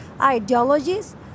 ideologies